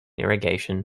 irrigation